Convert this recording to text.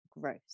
gross